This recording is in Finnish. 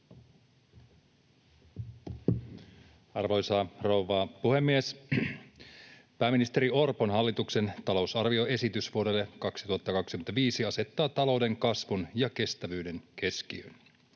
Arvoisa rouva puhemies! Pääministeri Orpon hallituksen talousarvioesitys vuodelle 2025 asettaa talouden kasvun ja kestävyyden keskiöön.